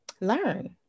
learn